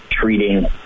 treating